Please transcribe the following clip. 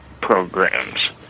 programs